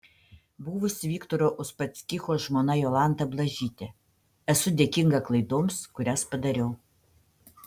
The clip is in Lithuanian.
buvusi viktoro uspaskicho žmona jolanta blažytė esu dėkinga klaidoms kurias padariau